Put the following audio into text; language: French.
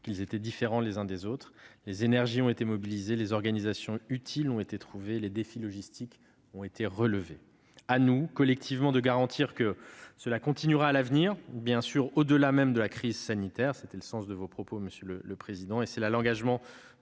d'outre-mer, avec leurs spécificités. Les énergies ont été mobilisées, les organisations utiles ont été trouvées, et les défis logistiques ont été relevés. À nous, collectivement, de garantir que cela continuera à l'avenir, bien au-delà de la crise sanitaire. C'était le sens de vos propos, monsieur le président, et c'est l'engagement